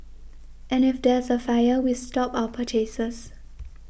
and if there's a fire we stop our purchases